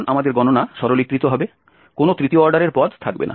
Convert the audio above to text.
কারণ আমাদের গণনা সরলীকৃত হবে কোনও তৃতীয় অর্ডারের পদ থাকবে না